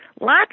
lots